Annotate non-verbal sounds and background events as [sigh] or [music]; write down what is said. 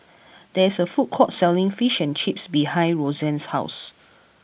[noise] there is a food court selling Fish and Chips behind Roxann's house